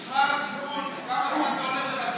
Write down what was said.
אתה רוצה את התיקון, כמה זמן אתה הולך לחכות?